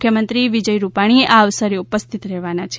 મુખ્યમંત્રી વિજય રૂપાણી આ અવસરે ઉપસ્થિત રહેવાના છે